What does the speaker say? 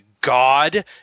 god